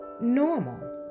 normal